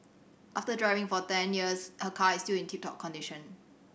after driving for ten years her car is still in tip top condition